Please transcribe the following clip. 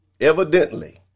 Evidently